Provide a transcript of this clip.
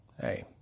Hey